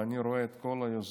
ואני רואה את כל היוזמות,